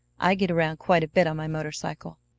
i get around quite a bit on my motor-cycle.